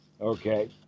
Okay